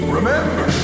Remember